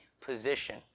position